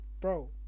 Bro